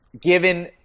given